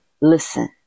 listen